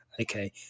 Okay